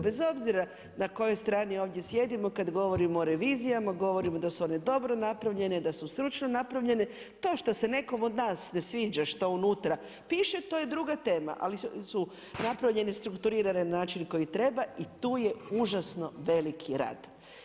Bez obzira na kojoj strani ovdje sjedimo, kad govorimo o revizijama, govorimo da su one dobro napravljene, da su stručno napravljene, to što se nekom od nas ne sviđa što unutra piše, to je druga tema ali su napravljane strukturirane na način na koji treba i tu je užasno veliki rad.